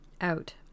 out